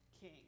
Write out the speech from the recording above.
king